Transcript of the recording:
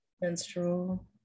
Menstrual